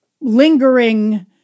lingering